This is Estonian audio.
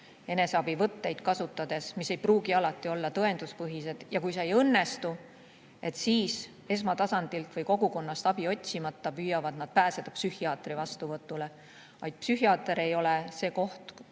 eneseabivõtteid kasutades, mis ei pruugi alati olla tõenduspõhised. Ja kui see ei õnnestu, siis nad esmatasandilt või kogukonnast abi otsimata püüavad pääseda psühhiaatri vastuvõtule. Psühhiaater ei ole see koht,